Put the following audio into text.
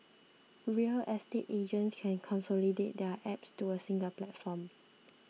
real estate agents can consolidate their apps to a single platform